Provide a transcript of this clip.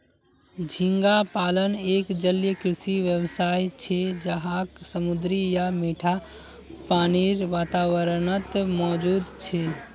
झींगा पालन एक जलीय कृषि व्यवसाय छे जहाक समुद्री या मीठा पानीर वातावरणत मौजूद छे